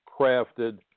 crafted